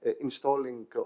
installing